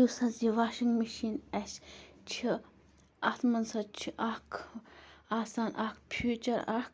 یُس حظ یہِ واشنٛگ مِشیٖن اَسہِ چھِ اَتھ منٛز حظ چھِ اَکھ آسان اَکھ فیٖچَر اَکھ